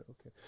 Okay